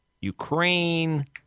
Ukraine